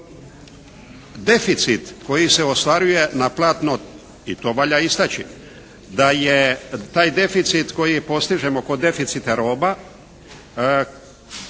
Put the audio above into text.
deficit koji se ostvaruje na platno, i to valja istaći, da je taj deficit koji postižemo kod deficita roba